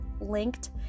linked